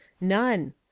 none